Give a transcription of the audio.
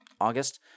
August